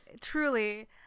truly